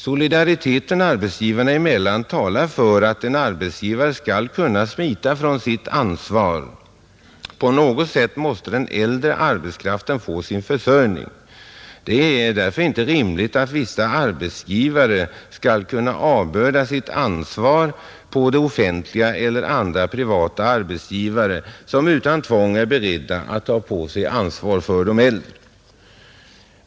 Solidariteten arbetsgivare emellan talar för att en arbetsgivare kan smita från sitt ansvar. På något sätt måste den äldre arbetskraften få sin försörjning. Det är därför inte rimligt att vissa arbetsgivare skall kunna avbörda sitt ansvar på det offentliga eller på andra privata arbetsgivare, som utan tvång är beredda att ta på sig ansvar för de äldre.